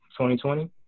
2020